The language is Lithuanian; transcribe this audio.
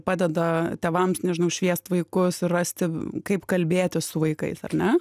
padeda tėvams nežinau šviest vaikus rasti kaip kalbėtis su vaikais ar ne